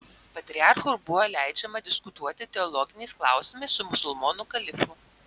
patriarchui buvo leidžiama diskutuoti teologiniais klausimais su musulmonų kalifu